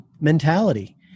mentality